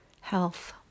health